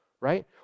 right